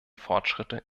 fortschritte